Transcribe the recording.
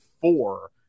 four